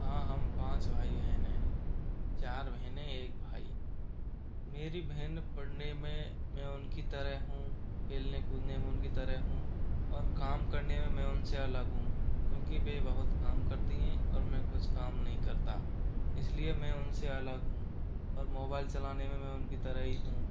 हाँ हम पाँच भाई बहन हैं चार बहनें एक भाई मेरी बहन पढ़ने में मैं उनकी तरह हूँ खेलने कूदने में उनकी तरह हूँ और काम करने में मैं उनसे अलग हूँ क्योंकि वे बहुत काम करती हैं और मैं कुछ काम नहीं करता इसलिए मैं उनसे अलग हूँ और मोबाइल चलाने में मैं उनकी तरह ही हूँ